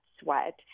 sweat